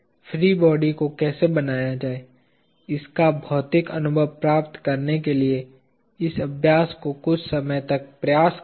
free body को कैसे बनाया जाए इसका भौतिक अनुभव प्राप्त करने के लिए इस अभ्यास को कुछ समय प्रयास करे